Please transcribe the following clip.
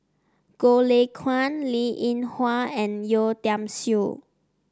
Goh Lay Kuan Linn In Hua and Yeo Tiam Siew